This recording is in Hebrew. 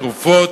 תרופות,